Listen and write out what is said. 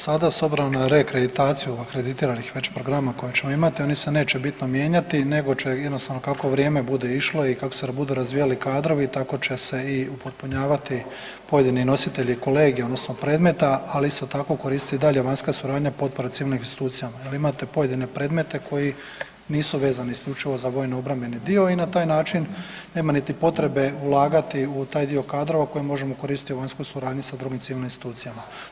Sada s …/nerazumljivo/… akreditaciju akreditiranih već programa koje ćemo imati, oni se neće bitno mijenjati nego će jednostavno kako vrijeme bude išlo i kako se budu razvijali kadrovi tako će se i upotpunjavati pojedini nositelji kolegija odnosno predmeta, ali isto tako koristi i dalje vanjska suradnja potpora civilnim institucijama jer imate pojedine koji nisu vezani isključivo za vojno obrambeni dio i na taj način nema niti potrebe ulagati u taj dio kadrova koji možemo koristiti u vanjskoj suradnji sa drugim civilnim institucijama.